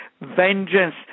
vengeance